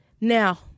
Now